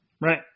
Right